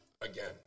again